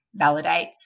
validates